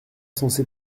censé